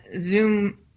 Zoom